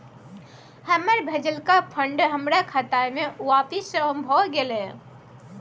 हमर भेजलका फंड हमरा खाता में आपिस भ गेलय